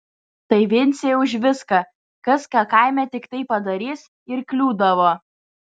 tai vincei už viską kas ką kaime tiktai padarys ir kliūdavo